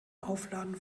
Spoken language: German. aufladen